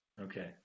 Okay